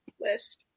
list